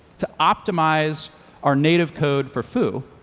to optimize our native code for foo.